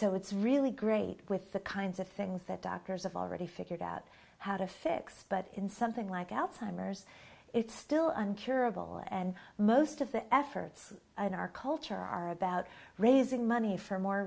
so it's really great with the kinds of things that doctors have already figured out how to fix but in something like alzheimer's it's still unclear of all and most of the efforts in our culture are about raising money for more